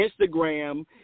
Instagram